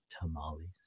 tamales